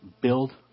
build